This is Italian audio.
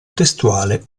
testuale